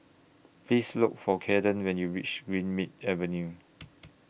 Please Look For Kaeden when YOU REACH Greenmead Avenue